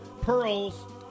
pearls